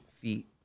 Feet